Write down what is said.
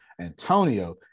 Antonio